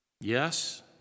Yes